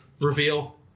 reveal